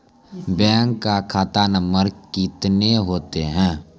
Bank का खाता नम्बर कितने होते हैं?